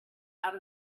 out